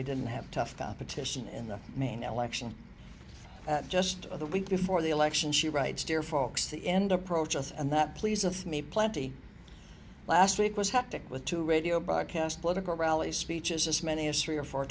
he didn't have tough competition in the main election just the week before the election she writes dear folks the end approaches and that pleaseth me plenty last week was hectic with two radio broadcast political rallies speeches as many as three or four